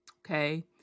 okay